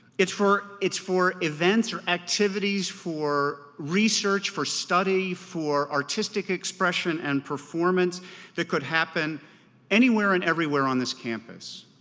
it's for it's for events or activities for research, for study, for artistic expression and performance that could happen anywhere and everywhere on this campus.